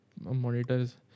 monitors